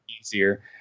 easier